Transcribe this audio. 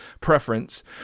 preference